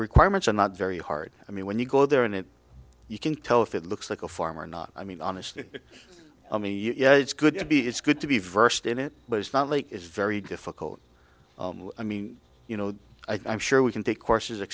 requirements are not very hard i mean when you go there and it you can tell if it looks like a farm or not i mean honestly i mean yeah it's good to be it's good to be versed in it but it's not like it's very difficult i mean you know i sure we can take courses